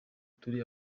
turi